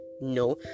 No